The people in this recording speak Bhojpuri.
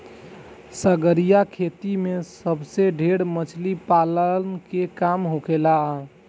सागरीय खेती में सबसे ढेर मछली पालन के काम होखेला